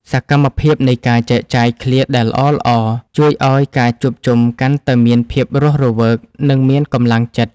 សកម្មភាពនៃការចែកចាយឃ្លាដែលល្អៗ ជួយឱ្យការជួបជុំកាន់តែមានភាពរស់រវើក និងមានកម្លាំងចិត្ត។